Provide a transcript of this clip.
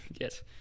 Yes